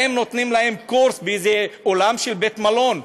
האם נותנים להם קורס באיזה אולם של בית-מלון,